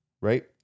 right